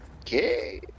okay